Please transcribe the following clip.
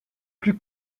plus